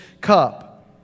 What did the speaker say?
cup